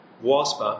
wasp